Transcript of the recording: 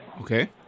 Okay